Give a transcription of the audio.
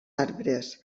arbres